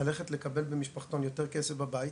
ללכת לקבל במשפחתון יותר כסף בבית